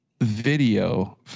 video